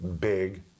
big